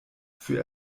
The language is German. für